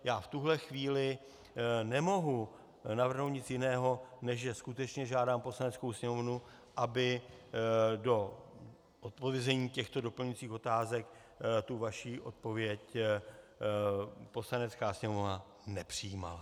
Já v tuhle chvíli nemohu navrhnout nic jiného, než že skutečně žádám Poslaneckou sněmovnu, aby do zodpovězení těchto doplňujících otázek tu vaši odpověď Poslanecká sněmovna nepřijímala.